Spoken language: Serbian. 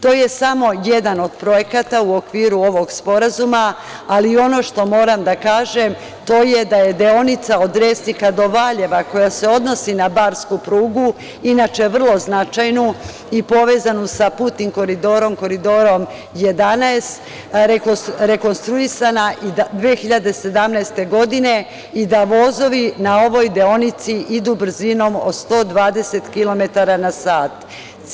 To je samo jedan od projekata u okviru ovog sporazuma, ali ono što moram da kažem, to je da je deonica od Resnika do Valjeva koja se odnosi na barsku prugu, inače vrlo značajnu i povezanu sa putnim koridorom, Koridorom 11, rekonstruisana 2017. godine i da vozovi na ovoj deonici idu brzinom od 120 kilometara na sat.